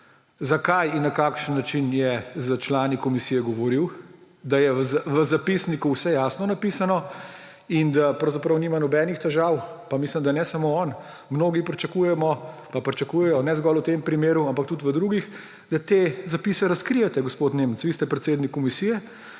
zakaj in na kakšen način je s člani Komisije govoril, da je v zapisniku vse jasno napisano in da pravzaprav nima nobenih težav; pa mislim, da ne samo on, mnogi pričakujemo ali pa pričakujejo ne zgolj v tem primeru, ampak tudi v drugih, da te zapise razkrijete, gospod Nemec. Vi ste predsednik Komisije,